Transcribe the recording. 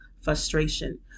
frustration